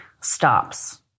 stops